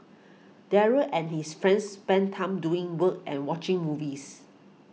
Daryl and his friends spent time doing work and watching movies